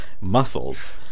Muscles